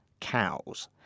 cows